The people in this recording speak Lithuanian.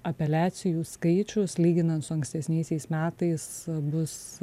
apeliacijų skaičius lyginant su ankstesniaisiais metais bus